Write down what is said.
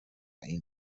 این